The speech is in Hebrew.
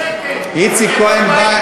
איציק כהן בא,